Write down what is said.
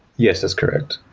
yes, that's correct.